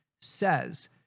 says